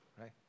right